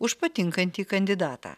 už patinkantį kandidatą